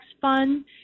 Fund